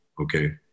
okay